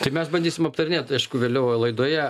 tai mes bandysim aptarinėt aišku vėliau laidoje